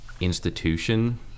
institution